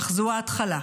אך זו ההתחלה.